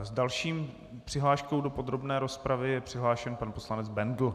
S další přihláškou do podrobné rozpravy je přihlášen pan poslanec Bendl.